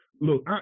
look